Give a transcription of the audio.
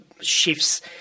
shifts